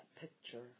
picture